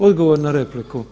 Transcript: Odgovor na repliku.